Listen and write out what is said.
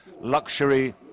luxury